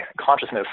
consciousness